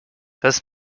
das